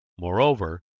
Moreover